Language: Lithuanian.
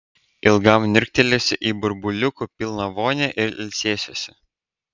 ilgam niurktelėsiu į burbuliukų pilną vonią ir ilsėsiuosi